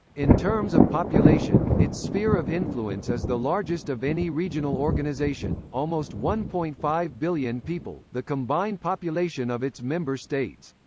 in terms of population, its sphere of influence is the largest of any regional organization almost one point five billion people, the combined population of its member states.